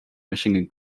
michigan